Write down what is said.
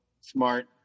Smart